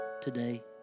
today